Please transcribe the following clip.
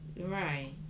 Right